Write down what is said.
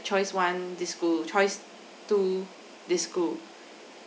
choice one this school choice two this school